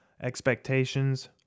expectations